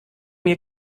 mir